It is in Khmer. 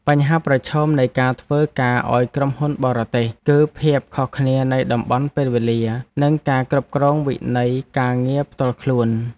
បញ្ហាប្រឈមនៃការធ្វើការឱ្យក្រុមហ៊ុនបរទេស គឺភាពខុសគ្នានៃតំបន់ពេលវេលា និងការគ្រប់គ្រងវិន័យការងារផ្ទាល់ខ្លួន។